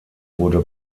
wurde